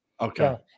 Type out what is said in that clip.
Okay